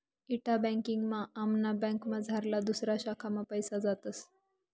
इंटा banking मा आमना बँकमझारला दुसऱा शाखा मा पैसा जातस